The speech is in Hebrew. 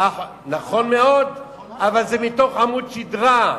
נכון מאוד, אבל זה מתוך עמוד שדרה,